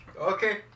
Okay